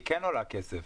והיא כן עולה כסף.